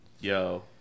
Yo